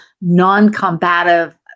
non-combative